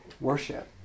worship